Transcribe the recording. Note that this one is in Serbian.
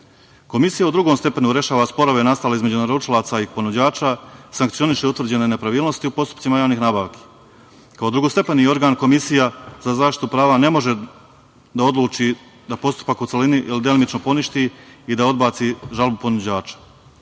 sporu. Komisija o drugom stepenu rešava sporove između naručilaca i ponuđača, sankcioniše utvrđene nepravilnosti u postupcima javnih nabavki. Kao drugostepeni organ Komisija za zaštitu prava ne može da odluči na postupak u celini ili delimično poništi i da odbaci žalbu ponuđača. Protiv